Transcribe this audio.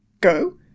Go